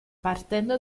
partendo